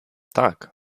tak